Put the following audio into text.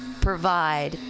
provide